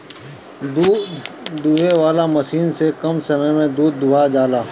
दूध दूहे वाला मशीन से कम समय में दूध दुहा जाला